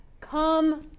Come